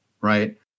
Right